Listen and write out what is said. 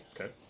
Okay